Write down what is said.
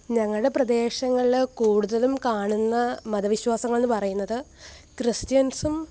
ഞങ്ങളുടെ പ്രദേശങ്ങളിലെ കൂടുതലും കാണുന്ന മതവിശ്വാസങ്ങൾ എന്നു പറയുന്നത് ക്രിസ്ത്യൻസും